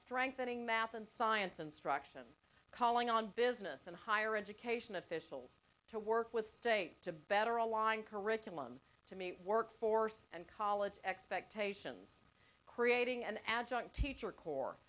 strengthening math and science instruction calling on business and higher education officials to work with state to better align curriculum to meet workforce and college expectations creating an adjunct teacher cor